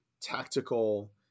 tactical